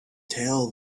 tell